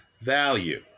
value